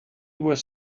was